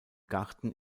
garten